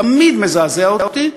תמיד מזעזע אותי,